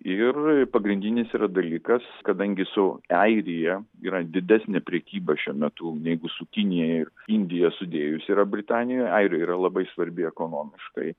ir pagrindinis yra dalykas kadangi su airija yra didesnė prekyba šiuo metu negu su kinija ir indija sudėjus yra britanija airija yra labai svarbi ekonomiškai